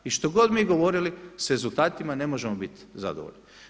I što god mi govorili s rezultatima ne možemo biti zadovoljni.